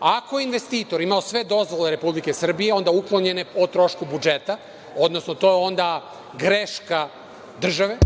ako je investitor imao sve dozvole Republike Srbije, onda uklonjene o trošku budžeta, odnosno to je onda greška države.